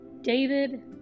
David